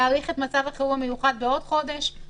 להאריך את מצב החירום המיוחד בעוד שבוע.